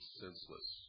senseless